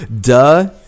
Duh